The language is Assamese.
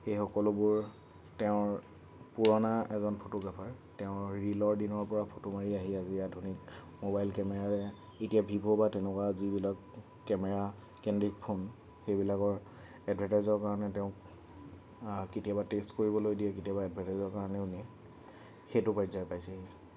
সেই সকলোবোৰ তেওঁৰ পুৰণা এজন ফটোগ্ৰাফাৰ তেওঁ ৰীলৰ দিনৰ পৰা ফটো মাৰি আহি আজি আধুনিক মোবাইল কেমেৰাৰে এতিয়া ভিভ' বা তেনেকুৱা যিবিলাক কেমেৰাকেন্দ্ৰিক ফোন সেইবিলাকৰ এডভাৰ্টাইজৰ কাৰণে তেওঁক কেতিয়াবা টেষ্ট কৰিবলৈ দিয়ে কেতিয়াবা এডভাৰ্টাইজৰ কাৰণেও নিয়ে সেইটো পৰ্যায় পাইছেহি